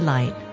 Light